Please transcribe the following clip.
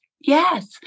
Yes